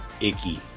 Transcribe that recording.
icky